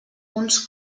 uns